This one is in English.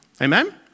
Amen